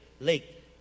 Lake